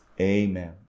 Amen